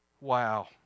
Wow